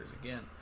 again